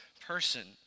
person